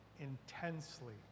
intensely